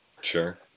Sure